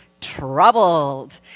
troubled